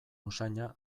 usaina